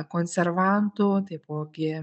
konservantų taipogi